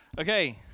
okay